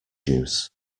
juice